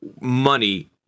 money